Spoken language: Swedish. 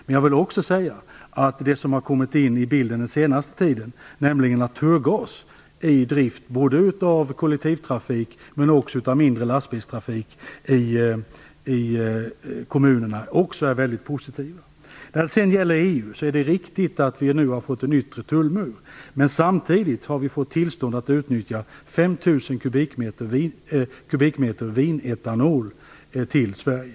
Men jag vill också säga att det som har kommit in i bilden under den senaste tiden, nämligen naturgas, som är i drift både av kollektivtrafik men också av trafik med mindre lastbilar i kommunerna, också är mycket positivt. Beträffande EU är det riktigt att vi nu har fått en yttre tullmur. Men samtidigt har vi fått tillstånd att utnyttja 5 000 kubikmeter vinetanol i Sverige.